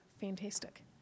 Fantastic